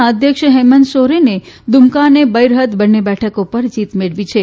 ના અધ્યક્ષ હેમંત સોરેને દુમકા અને બરહેત બંને બેઠકો ઉપર જીત મેળવી છે